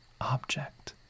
object